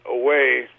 away